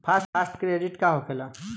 Fast credit का होखेला?